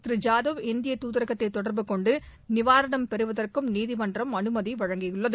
திரு ஜாதவ் இந்திய துதரகத்தை தொடர்பு கொண்டு நிவாரணம் பெறுவதற்கும் நீதிமன்றம் அனுமதி வழங்கியுள்ளது